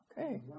Okay